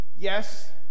Yes